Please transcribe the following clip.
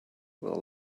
will